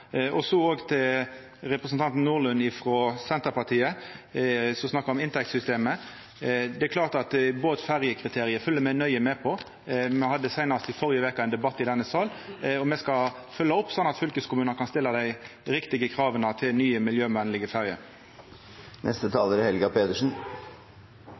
Så til representanten Nordlund frå Senterpartiet som snakka om inntektssystemet. Det er klart at me fylgjer nøye med på båt- og ferjekriteriet. Me hadde seinast i førre veke ein debatt i denne salen, og me skal fylgja opp sånn at fylkeskommunar kan stilla dei riktige krava til nye